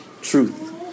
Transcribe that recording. truth